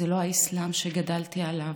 זה לא האסלאם שגדלתי עליו,